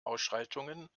ausschreitungen